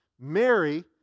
Mary